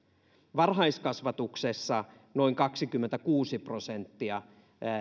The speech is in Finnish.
varhaiskasvatuksessa on noin kaksikymmentäkuusi prosenttia eli